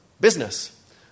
business